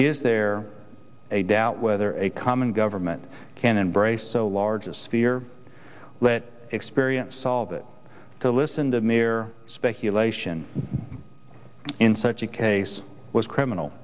is there a doubt whether a common government can embrace so large a sphere let experience solve it to listen to mere speculation in such a case was criminal